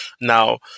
Now